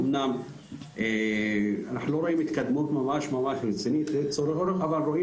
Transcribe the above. אומנם אנחנו לא רואים התקדמות ממש ממש רצינית אבל רואים